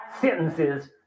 sentences